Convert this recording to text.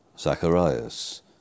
Zacharias